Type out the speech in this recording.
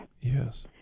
Yes